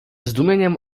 zdumieniem